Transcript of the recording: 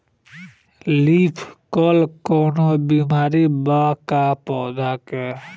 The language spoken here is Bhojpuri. लीफ कल कौनो बीमारी बा का पौधा के?